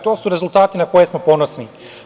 To su rezultati na koje smo ponosni.